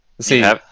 See